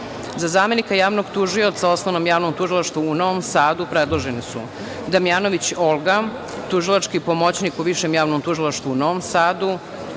zamenika javnog tužioca u Osnovnom javnom tužilaštvu u Novom Sadu predloženi su Damjanović Olga, tužilački pomoćnik u Višem javnom tužilaštvu u Novom Sadu,